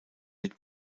mit